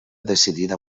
decidida